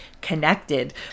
connected